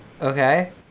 Okay